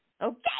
okay